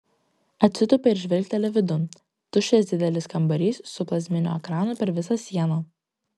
atsitūpia ir žvilgteli vidun tuščias didelis kambarys su plazminiu ekranu per visą sieną